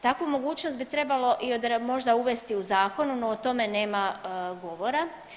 Takvu mogućnost bi trebalo možda uvesti i u zakon, no o tome nema govora.